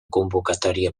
convocatòria